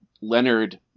Leonard